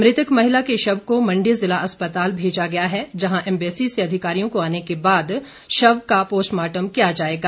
मृतक महिला के शव को मण्डी जिला अस्पताल भेजा गया है जहां एम्बेसी से अधिकारियों के आने के बाद शव का पोस्टमार्टम किया जाएगा